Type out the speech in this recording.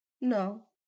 No